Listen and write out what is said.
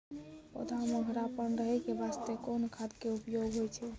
पौधा म हरापन रहै के बास्ते कोन खाद के उपयोग होय छै?